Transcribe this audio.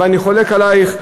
ואני חולק עלייך,